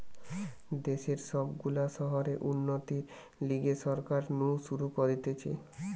দেশের সব গুলা শহরের উন্নতির লিগে সরকার নু শুরু করতিছে